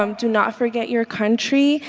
um do not forget your country.